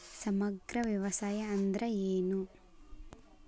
ಸಮಗ್ರ ವ್ಯವಸಾಯ ಅಂದ್ರ ಏನು?